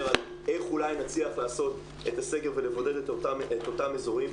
אז אולי הסגר יהיה ביישובים הבעייתיים,